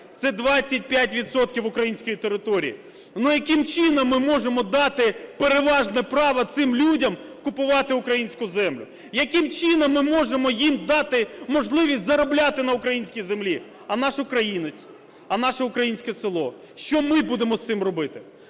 української території. Яким чином ми можемо дати переважне право цим людям купувати українську землю? Яким чином ми можемо їм дати можливість заробляти на українській землі, а наш українець, наше українське село, що ми будемо з цим робити?